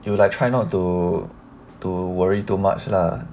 you will I try not to to worry too much lah